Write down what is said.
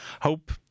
Hope